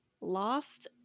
Lost